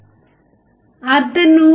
కాబట్టి మనకు వచ్చిన గెయిన్ 1 కు సమానం